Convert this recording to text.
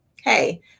Hey